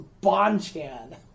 Bonchan